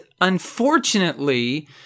unfortunately